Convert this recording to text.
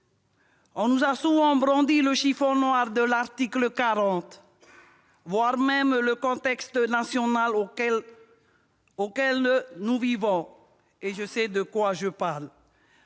On nous a souvent brandi le chiffon noir de l'article 40, voire le contexte national actuel. Et je sais de quoi je parle